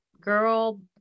girl